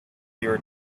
your